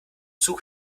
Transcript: zug